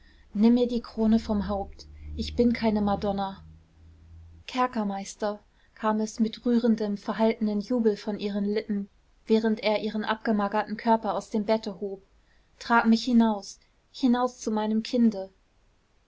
nimm mir die krone vom haupt ich bin keine madonna kerkermeister kam es mit rührendem verhaltenem jubel von ihren lippen während er ihren abgemagerten körper aus dem bette hob trag mich hinaus hinaus zu meinem kinde